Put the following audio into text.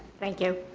thank you,